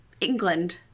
England